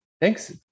Thanks